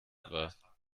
war